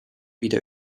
wieder